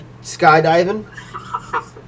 Skydiving